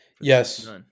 Yes